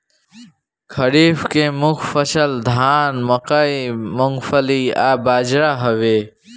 खरीफ के मुख्य फसल धान मकई मूंगफली आ बजरा हवे